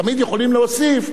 תמיד יכולים להוסיף,